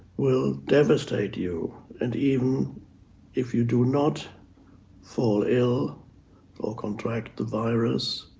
will devastate you. and even if you do not fall ill or contract the virus,